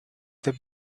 their